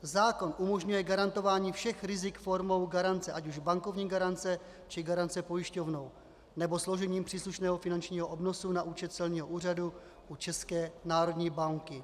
Zákon umožňuje garantování všech rizik formou garance, ať už bankovní garance, či garance pojišťovnou, nebo složením příslušného finančního obnosu na účet celního úřadu u České národní banky.